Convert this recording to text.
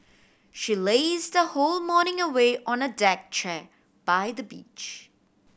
she lazed her whole morning away on a deck chair by the beach